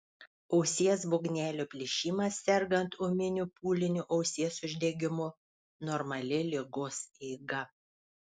ausies būgnelio plyšimas sergant ūminiu pūliniu ausies uždegimu normali ligos eiga